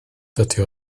dydi